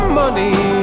money